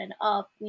up